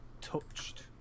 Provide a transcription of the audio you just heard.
touched